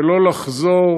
ולא לחזור